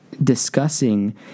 Discussing